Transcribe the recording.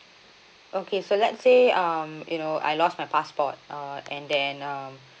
okay so let's say um you know I lost my passport uh and then um